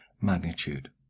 magnitude